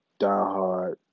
diehard